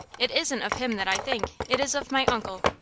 it isn't of him that i think it is of my uncle.